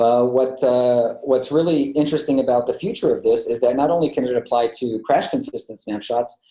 ah what's what's really interesting about the future of this is that not only can that apply to crash consistent snapshots,